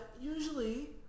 Usually